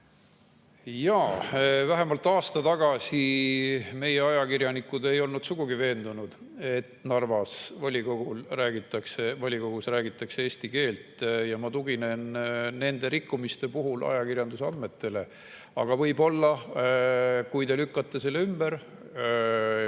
Jaa, vähemalt aasta tagasi meie ajakirjanikud ei olnud sugugi veendunud, et Narva volikogus räägitakse eesti keelt, ja ma tuginen nende rikkumiste puhul ajakirjanduse andmetele. Võib-olla, kui te lükkate selle ümber,